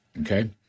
Okay